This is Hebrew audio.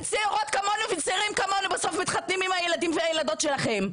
צעירות וצעירים כמונו מתחתנים עם הילדים והילדות שלכם.